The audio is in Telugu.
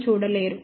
కాబట్టిgs 1